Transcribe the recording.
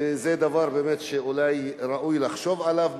וזה באמת דבר שאולי ראוי לחשוב עליו,